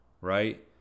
right